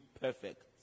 perfect